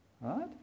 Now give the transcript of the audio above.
Right